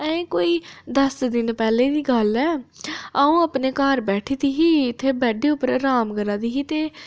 अहें कोई दस दिनें पैह्ले दी गल्ल ऐ अ'ऊं अपने घर बैठे दी ही इत्थै बैड्डे पर अराम करा दी ही ते